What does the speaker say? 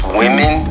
women